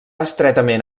estretament